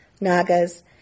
Nagas